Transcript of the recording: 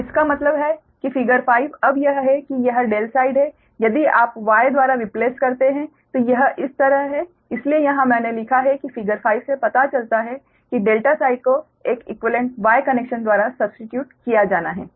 तो इसका मतलब है कि फिगर 5 अब यह है कि यह ∆ साइड है यदि आप Y द्वारा रीप्लेस करते हैं तो यह इस तरह है इसलिए यहां मैंने लिखा है कि फिगर 5 से पता चलता है कि ∆ साइड को एक इक्वीवेलेंट Y कनेक्शन द्वारा सब्स्टीट्यूट किया जाना है